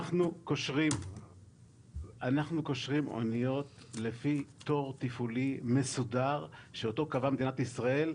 אנחנו קושרים אוניות לפי תור תפעולי מסודר שאותו קבעה מדינת ישראל,